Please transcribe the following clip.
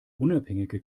unabhängige